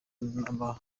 n’aba